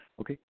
Okay